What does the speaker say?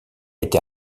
été